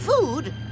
food